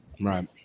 Right